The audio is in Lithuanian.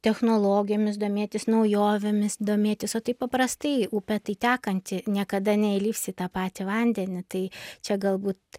technologijomis domėtis naujovėmis domėtis o taip paprastai upė tai tekanti niekada neįlipsi į tą patį vandenį tai čia galbūt